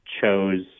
chose